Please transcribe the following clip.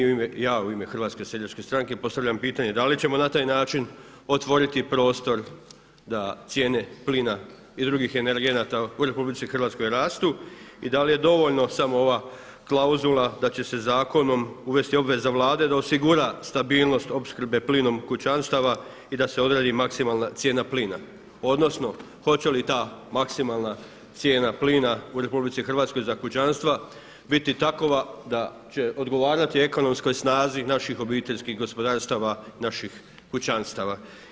Ja u ime HSS-a postavljam pitanje, da li ćemo na taj način otvoriti prostr da cijene plina i drugih energenata u RH rastu i da li je dovoljna samo ova klauzula da će se zakonom uvesti obveza Vlade da osigura stabilnost opskrbe plinom kućanstava i da se odredi maksimalna cijena plina odnosno hoće li ta maksimalna cijena plina u RH za kućanstva biti takova da će odgovarati ekonomskoj snazi naših obiteljskih gospodarstava, naših kućanstava?